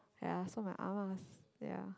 ya so my ah ma's ya